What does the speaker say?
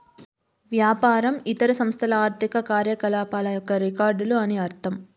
వ్యాపారం ఇతర సంస్థల ఆర్థిక కార్యకలాపాల యొక్క రికార్డులు అని అర్థం